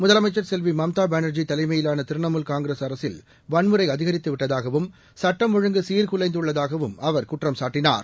முதலமைச்சர் செல்வி மம்தா பானர்ஜி தலைமையிலான திரிணாமுல் காங்கிரஸ் அரசில் வன்முறை அதிகரித்துவிட்டதாகவும் சட்டம் ஒழுங்கு சீர்குலைந்துள்ளதாகவும் அவர் குற்றம் சாட்டினார்